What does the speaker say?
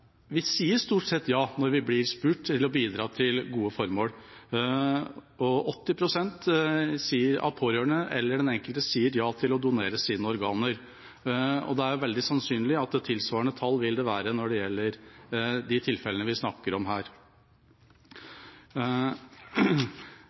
vi i Norge stort sett sier ja når vi blir spurt om å bidra til gode formål. 80 pst. av de pårørende eller den enkelte sier ja til å donere organer. Det er veldig sannsynlig at det vil være tilsvarende tall når det gjelder de tilfellene vi snakker om her.